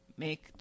make